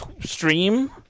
stream